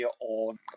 on